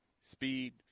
Speed